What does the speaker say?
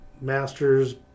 master's